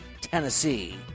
Tennessee